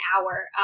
hour